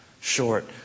short